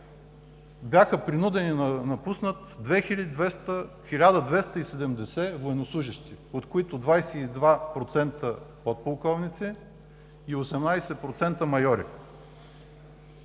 бяха принудени да напуснат 1270 военнослужещи, от които 22% подполковници и 18% майори.